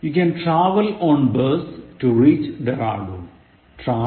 You can travel on bus to reach Dehradun